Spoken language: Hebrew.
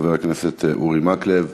חבר הכנסת אורי מקלב,